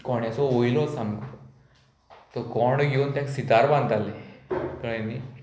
कोंड्याचो वयलो सामको तो कोंडो घेवन तेका सितार बांदताले कळ्ळें न्ही